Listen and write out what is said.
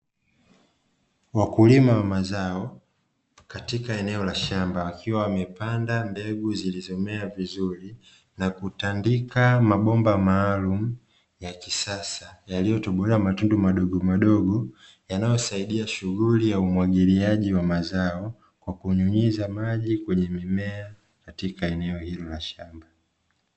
Wakulima wa mazao katika eneo la shamba wakiwa wamepanda mbegu zilizomea vizuri na kutandika mabomba maalumu ya kisasa yaliyotobolewa matundu madogo madogo yanayosaidia shughuli ya umwagiliaji wa mazao kwa kunyunyiza maji kwenye mimea katika eneo hilo la shamba.